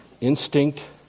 instinct